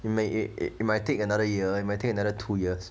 might take another year might take another two years